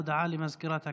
הודעה למזכירת הכנסת.